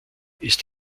ist